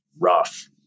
rough